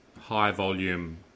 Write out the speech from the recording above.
high-volume